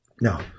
Now